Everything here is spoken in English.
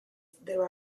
there